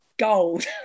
gold